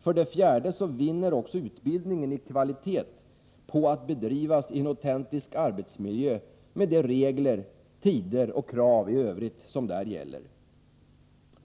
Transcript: För det fjärde vinner utbildningen i kvalitet på att bedrivas i en autentisk arbetsmiljö med de regler, tider och krav i övrigt som där gäller.